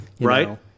right